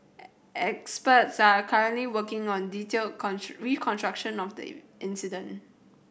experts are currently working on a detailed reconstruction of the incident